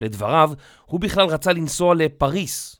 לדבריו, הוא בכלל רצה לנסוע לפריס